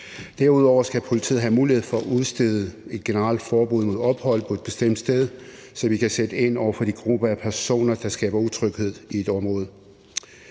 Derudover skal politiet have mulighed for at udstede et generelt forbud mod ophold på et bestemt sted, så vi kan sætte ind over for de grupper af personer, der skaber utryghed i et område.